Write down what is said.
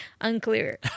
Unclear